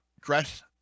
dress